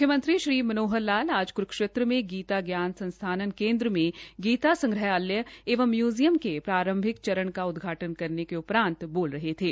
मुख्यमंत्री श्री मनोहर लाल आज क्रूक्षेत्र में गीता ज्ञान संस्थानम केन्द्र में गीता संग्रहालय एवं म्यूजियम के प्रारंभिक चरण का उदघाटन करने के उपरान्त बोल रहे थे